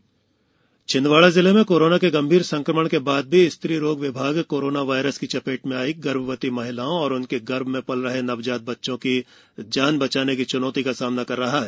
छिन्दवाड़ा प्रसव छिंदवाड़ा जिले में कोरोना के गंभीर संक्रमण के बाद भी स्त्री रोग विभाग कोरोना वायरस की चपेट में आई गर्भवती महिलाओं और उसके गर्भ में पल रहे नवजात बच्चों की जान बचाने की चुनौती का सामना कर रहा है